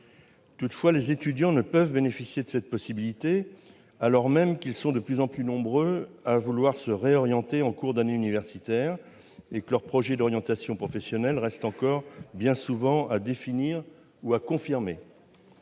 Toutefois, les étudiants ne peuvent bénéficier de cette possibilité, alors même qu'ils sont de plus en plus nombreux à vouloir se réorienter en cours d'année universitaire et que leur projet d'orientation professionnelle reste bien souvent à définir ou à confirmer.